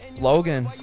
Logan